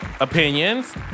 Opinions